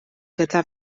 gyda